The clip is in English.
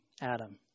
Adam